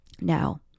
now